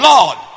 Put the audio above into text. Lord